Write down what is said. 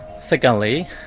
Secondly